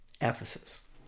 Ephesus